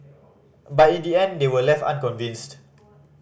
but in the end they were left unconvinced